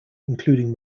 including